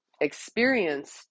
experience